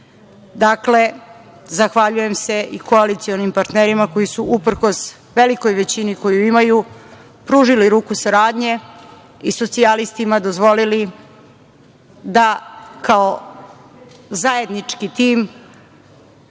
Dakle, zahvaljujem se i koalicionim partnerima koji su uprkos velikoj većini koju imaju, pružili ruku saradnje i socijalistima dozvolili da kao zajednički tim